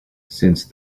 since